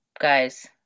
guys